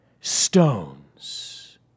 stones